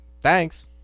thanks